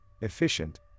efficient